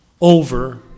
over